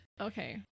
Okay